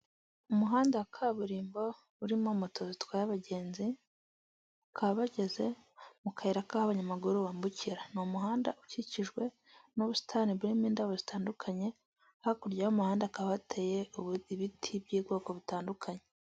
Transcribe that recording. Umuhanda wa kaburimbo urimo moto zitwaye abagenzi, bakaba bageze mu kayira k'aho abanyamaguru bambukira, ni umuhanda ukikijwe n'ubusitani burimo indabo zitandukanye, hakurya y'umuhanda hakaba hateye ibiti by'ubwoko butandukanye.